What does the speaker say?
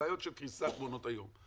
הבעיות של קריסת מעונות היום,